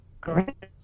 Correct